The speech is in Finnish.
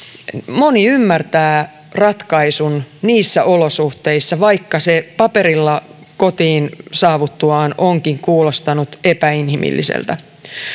moni ymmärtää ratkaisun niissä olosuhteissa vaikka se paperilla kotiin saavuttuaan onkin kuulostanut epäinhimilliseltä